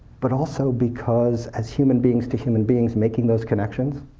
but also because as human beings to human beings, making those connections,